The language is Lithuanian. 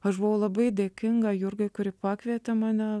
aš buvau labai dėkinga jurgai kuri pakvietė mane